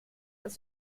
das